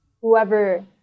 whoever